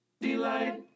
Delight